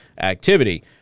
activity